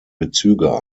bezüge